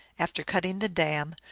after cutting the dam,